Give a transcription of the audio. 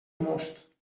most